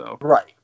Right